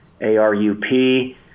ARUP